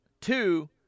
Two